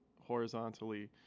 horizontally